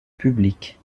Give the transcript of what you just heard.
public